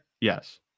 yes